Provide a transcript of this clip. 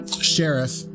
Sheriff